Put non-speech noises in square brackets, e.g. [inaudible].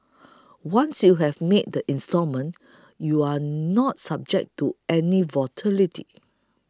[noise] once you have made the installment you are not subject to any volatility